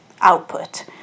output